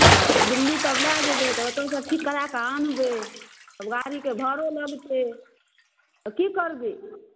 ओ दिल्ली तब लए जेबै ओतऽसँ ठीक कराकऽ अनबै गाड़ीके भाड़ो लगतै की करबै